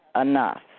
enough